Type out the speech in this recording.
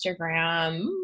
Instagram